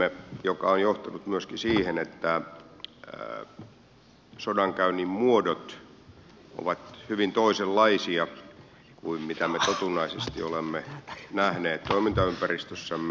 se on johtanut myöskin siihen että sodankäynnin muodot ovat hyvin toisenlaisia kuin mitä me totutusti olemme nähneet toimintaympäristössämme